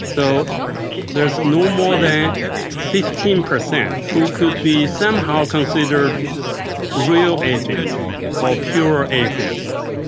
so there's no more than fifteen per cent who could be somehow considered real atheists, or pure atheists,